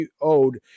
owed